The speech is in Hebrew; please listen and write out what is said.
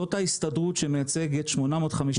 זאת ההסתדרות שמייצגת 850,000 עובדים.